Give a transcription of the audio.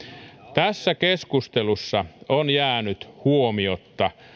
tässä keskustelussa on jäänyt huomiotta